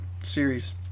series